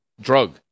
drug